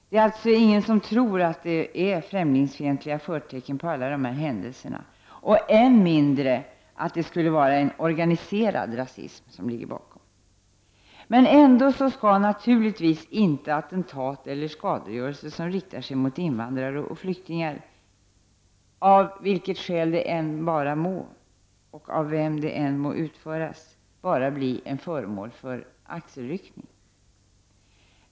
Det är alltså ingen som tror att det finns främlingsfientliga förtecken till alla dessa händelser — eller än mindre att det skulle vara en organiserad rasism som ligger bakom dem. Men ändå skall naturligtvis inte attentat eller skadegörelse som riktar sig mot invandrare och flyktingar, av vilket skäl det vara må och av vem de än må utföras, bara bli föremål för en axelryckning.